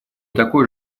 такой